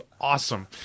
awesome